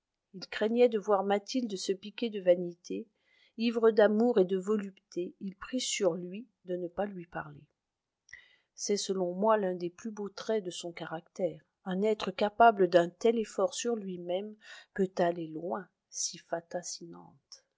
il craignait de voir mathilde se piquer de vanité ivre d'amour et de volupté il prit sur lui de ne pas lui parler c'est selon moi l'un des plus beaux traits de son caractère un être capable d'un tel effort sur lui-même peut aller loin si fata sinant